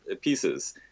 pieces